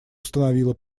установила